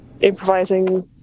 improvising